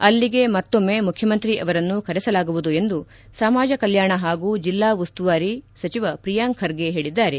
ಅಲ್ಲಿಗೆ ಮತ್ತೊಮ್ಮೆ ಮುಖ್ಯಮಂತ್ರಿ ಅವರನ್ನು ಕರೆಸಲಾಗುವುದು ಎಂದು ಸಮಾಜಕಲ್ಕಾಣ ಹಾಗೂ ಜಿಲ್ಲಾ ಉಸ್ತುವಾರಿ ಸಚಿವ ಪ್ರಿಯಾಂಕ್ ಖರ್ಗೆ ಹೇಳಿದ್ದಾರೆ